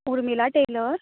Urmila tailor